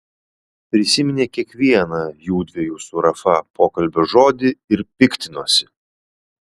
prisiminė kiekvieną jųdviejų su rafa pokalbio žodį ir piktinosi